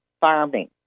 farming